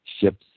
ships